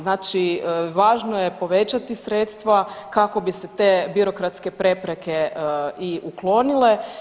Znači važno je povećati sredstva kako bi se te birokratske prepreke i uklonile.